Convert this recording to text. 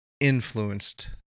influenced